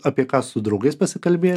apie ką su draugais pasikalbėt